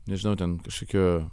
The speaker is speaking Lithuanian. nežinau ten kažkokiu